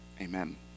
Amen